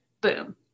boom